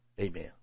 amen